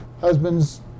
husbands